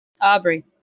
Aubrey